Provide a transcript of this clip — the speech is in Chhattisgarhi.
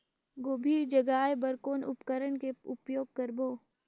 गोभी जगाय बर कौन उपकरण के उपयोग करबो?